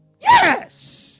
Yes